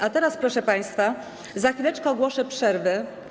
A teraz, proszę państwa, za chwileczkę ogłoszę przerwę.